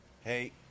Hey